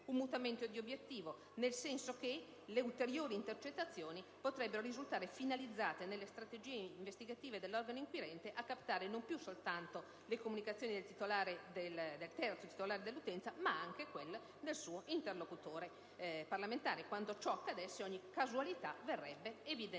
un mutamento di obbiettivi: nel senso che (...) le ulteriori intercettazioni potrebbero risultare finalizzate, nelle strategie investigative dell'organo inquirente, a captare non più (soltanto) le comunicazioni del terzo titolare dell'utenza, ma (anche) quelle del suo interlocutore parlamentare, per accertarne le responsabilità penali.